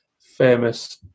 famous